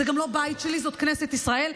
זה גם לא הבית שלי, זאת כנסת ישראל.